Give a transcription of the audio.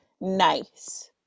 nice